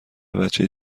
بچه